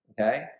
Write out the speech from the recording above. okay